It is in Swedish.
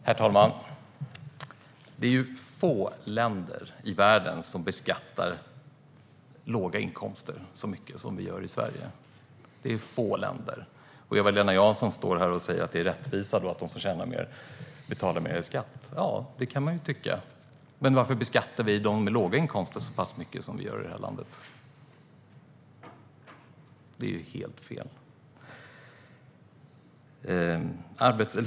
Herr talman! Det är få länder i världen som beskattar låga inkomster så mycket som vi gör i Sverige. Eva-Lena Jansson står här och säger att det är rättvisa att de som tjänar mer betalar mer i skatt. Det kan man ju tycka. Men varför beskattar vi dem med låga inkomster så pass mycket som vi gör i det här landet? Det är helt fel.